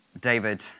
David